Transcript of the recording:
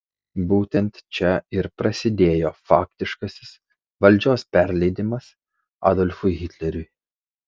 būtent čia ir prasidėjo faktiškasis valdžios perleidimas adolfui hitleriui